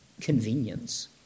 convenience